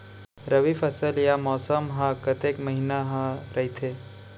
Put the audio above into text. रबि फसल या मौसम हा कतेक महिना हा रहिथे?